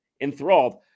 enthralled